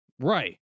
Right